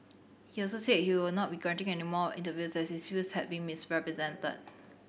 he also said he will not be granting any more interviews as his views had been misrepresented